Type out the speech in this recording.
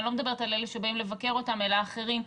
אני לא מדברת על אלה שבאים לבקר אותם, אלא אחרים.